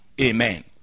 Amen